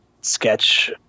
sketch